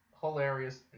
Hilarious